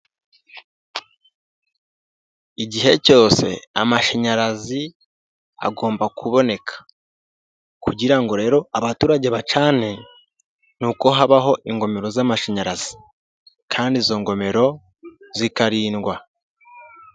Igihe cyose amashanyarazi agomba kuboneka kugira ngo rero abaturage bacane, ni uko habaho ingomero z'amashanyarazi kandi izo ngomero zikarindwa.